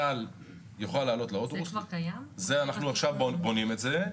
זה עכשיו בבניה.